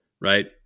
Right